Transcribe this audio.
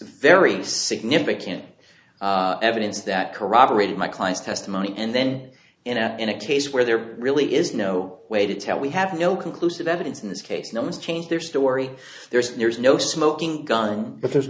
very significant evidence that corroborated my client's testimony and then in a in a case where there really is no way to tell we have no conclusive evidence in this case no one's changed their story there's there's no smoking gun b